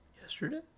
yesterday